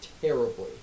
terribly